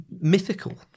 mythical